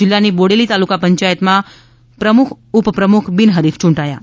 જિલ્લાની બોડેલી તાલુકા પંચાયતમાં પ્રમુખ ઉપપ્રમુખ બિન હરીફ યૂંટાયા છે